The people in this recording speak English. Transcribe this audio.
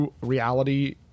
reality